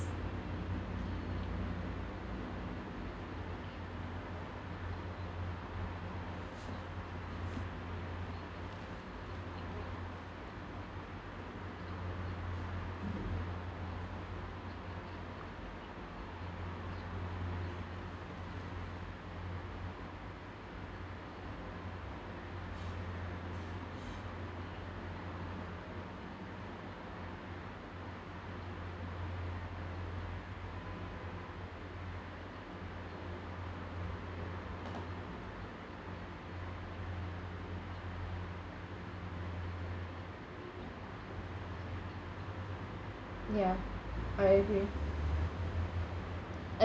ya I agree